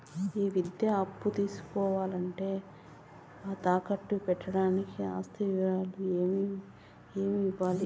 ఈ విద్యా అప్పు తీసుకోవాలంటే తాకట్టు గా పెట్టడానికి ఆస్తి వివరాలు ఏమేమి ఇవ్వాలి?